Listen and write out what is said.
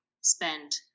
spend